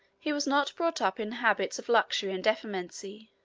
he was not brought up in habits of luxury and effeminacy.